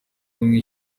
ubumwe